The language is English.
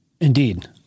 Indeed